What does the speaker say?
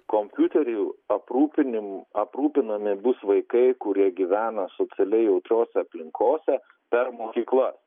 kompiuterių aprūpinim aprūpinami bus vaikai kurie gyvena socialiai jautriose aplinkose per mokyklas